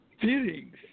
feelings